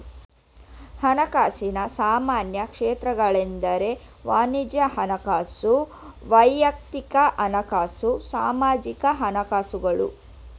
ಹಣಕಾಸಿನ ಸಾಮಾನ್ಯ ಕ್ಷೇತ್ರಗಳೆಂದ್ರೆ ವಾಣಿಜ್ಯ ಹಣಕಾಸು, ವೈಯಕ್ತಿಕ ಹಣಕಾಸು, ಸಾರ್ವಜನಿಕ ಹಣಕಾಸುಗಳು